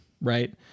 right